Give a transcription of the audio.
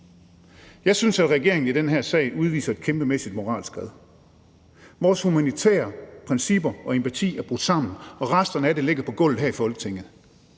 Jeg synes, regeringen i den her sag viser et kæmpemæssigt moralsk skred. Vores humanitære principper og empati er brudt sammen, og resterne af det ligger på gulvet her i Folketingssalen.